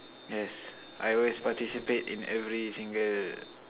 yes I always participate in every single